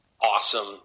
awesome